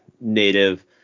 native